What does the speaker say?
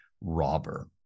robber